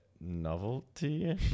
novelty